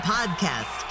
Podcast